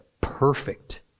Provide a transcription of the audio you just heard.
perfect